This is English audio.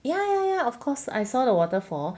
ya ya ya of course I saw the waterfall